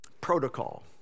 protocol